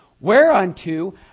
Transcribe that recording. Whereunto